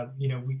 um you know, we,